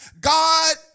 God